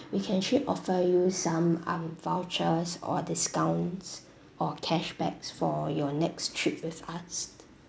we can actually offer you some um vouchers or discounts or cashback for your next trip with us